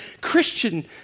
Christian